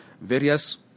Various